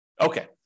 Okay